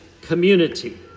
community